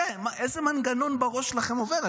איזה מנגנון בראש שלכם עובר?